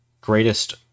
greatest